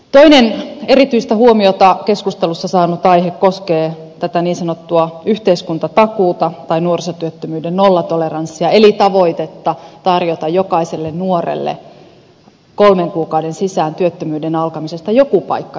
toinen erityistä huomiota keskustelussa saanut aihe koskee tätä niin sanottua yhteiskuntatakuuta tai nuorisotyöttömyyden nollatoleranssia eli tavoitetta tarjota jokaiselle nuorelle kolmen kuukauden sisään työttömyyden alkamisesta joku paikka yhteiskunnassa